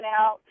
out